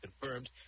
confirmed